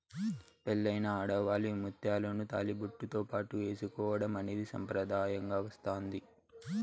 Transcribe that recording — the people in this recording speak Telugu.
పెళ్ళైన ఆడవాళ్ళు ఈ ముత్యాలను తాళిబొట్టుతో పాటు ఏసుకోవడం అనేది సాంప్రదాయంగా వస్తాంది